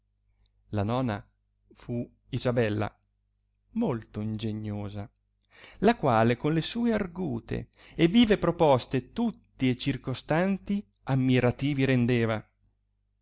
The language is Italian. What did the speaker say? la nona fu isabella molto ingeniosa la quale con le sue argute e vive proposte tutti e circostanti ammirativi rendeva